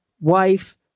wife